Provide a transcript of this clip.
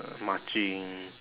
marching